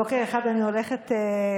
בוקר אחד אני הולכת למערה,